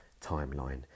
timeline